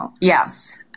Yes